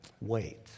Wait